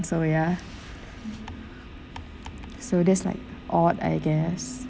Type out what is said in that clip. so ya so that's like odd I guess